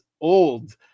old